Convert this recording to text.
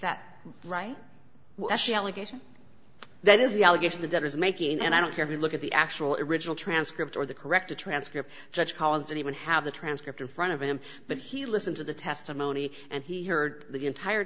that right well she allegation that is the allegation that was making and i don't care if you look at the actual original transcript or the correct a transcript judge calls anyone have the transcript in front of him but he listened to the testimony and he heard the entire